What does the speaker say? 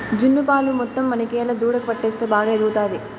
జున్ను పాలు మొత్తం మనకేలా దూడకు పట్టిస్తే బాగా ఎదుగుతాది